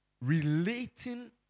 relating